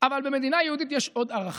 אבל במדינה יהודית יש עוד ערכים.